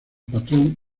patrón